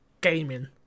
gaming